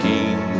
King